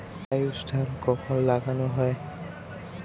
আউশ ধান কখন লাগানো হয়?